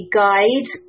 guide